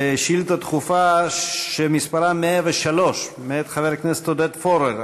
על שאילתה דחופה שמספרה 103 מאת חבר הכנסת עודד פורר.